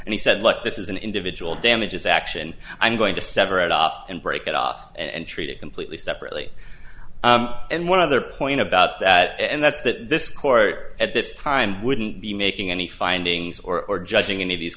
and he said look this is an individual damages action i'm going to sever it off and break it off and treat it completely separately and one other point about that and that's that this court at this time wouldn't be making any findings or or judging any of these